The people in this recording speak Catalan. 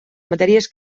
matèries